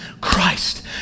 Christ